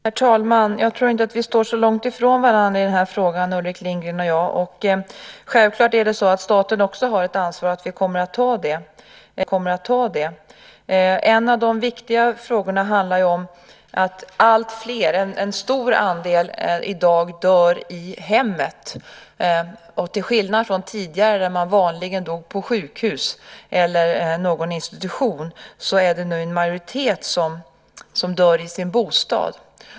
Herr talman! Jag tror inte att vi står så långt ifrån varandra i den här frågan, Ulrik Lindgren och jag. Självklart har staten ett ansvar och kommer att ta det. En av de viktiga frågorna handlar om att alltfler, en stor andel, i dag dör i hemmet. Till skillnad från tidigare, då det var vanligt att man dog på sjukhus eller någon institution, är det nu en majoritet som dör i sin bostad.